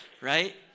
Right